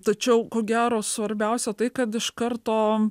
tačiau ko gero svarbiausia tai kad iš karto